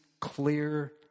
clear